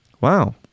Wow